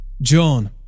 John